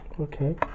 okay